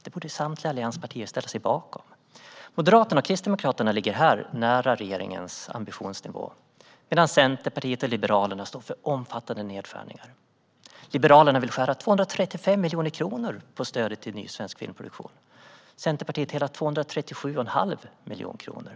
Det borde samtliga allianspartier ställa sig bakom. Moderaterna och Kristdemokraterna ligger här nära regeringens ambitionsnivå, medan Centerpartiet och Liberalerna står för omfattande nedskärningar. Liberalerna vill skära 235 miljoner på stödet till ny svensk filmproduktion, Centerpartiet hela 237 1⁄2 miljon kronor.